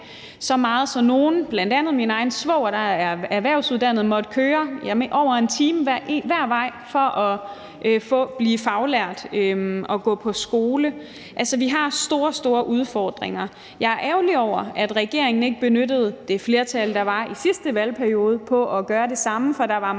så meget, at nogle – sådan var det for bl.a. min egen svoger – må køre over 1 time hver vej for at blive faglært og gå på skole. Vi har store, store udfordringer. Jeg er ærgerlig over, at regeringen ikke benyttede det flertal, der var i sidste valgperiode, til at gøre det samme, for der var mig